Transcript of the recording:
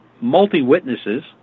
multi-witnesses